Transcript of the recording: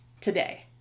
today